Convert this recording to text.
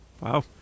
Wow